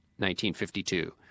1952